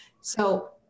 So-